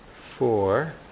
four